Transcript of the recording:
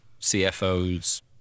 CFOs